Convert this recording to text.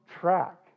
track